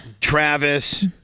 Travis